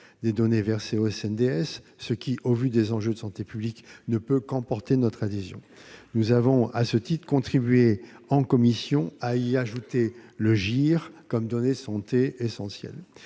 des données versées au SNDS, ce qui, au vu des enjeux de santé publique, ne peut qu'emporter notre adhésion. Nous avons, à ce titre, contribué en commission à y ajouter le GIR comme donnée de santé essentielle.